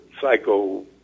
psycho